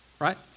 right